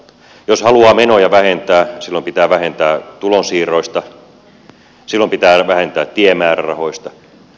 jos haluaa menoja vähentää silloin pitää vähentää tulonsiirroista silloin pitää vähentää tiemäärärahoista